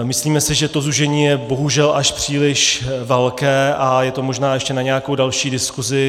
Myslíme si, že to zúžení je bohužel až příliš velké a je to možná ještě na nějakou další diskuzi.